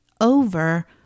over